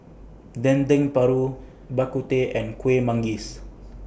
Dendeng Paru Bak Kut Teh and Kuih Manggis